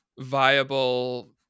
viable